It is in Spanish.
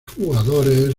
jugadores